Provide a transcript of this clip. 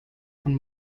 von